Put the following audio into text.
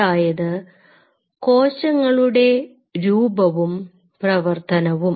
അതായത് കോശങ്ങളുടെ രൂപവും പ്രവർത്തനവും